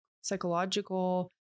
psychological